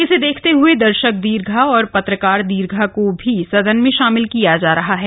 इसे देखते हुए दर्शक दीर्घा व पत्रकार दीर्घा को भी सदन में शामिल किया जा रहा है